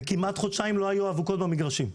וכמעט חודשיים לא היו אבוקות במגרשים.